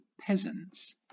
peasants